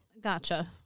Gotcha